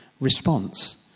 response